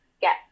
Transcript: get